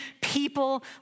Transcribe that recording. people